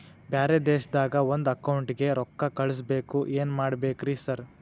ಬ್ಯಾರೆ ದೇಶದಾಗ ಒಂದ್ ಅಕೌಂಟ್ ಗೆ ರೊಕ್ಕಾ ಕಳ್ಸ್ ಬೇಕು ಏನ್ ಮಾಡ್ಬೇಕ್ರಿ ಸರ್?